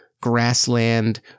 grassland